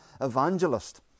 evangelist